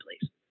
please